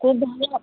খুব